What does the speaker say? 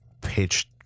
pitch